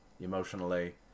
emotionally